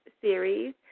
Series